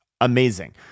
amazing